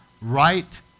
right